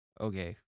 Okay